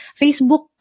Facebook